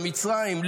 מצרים,